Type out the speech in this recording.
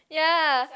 ya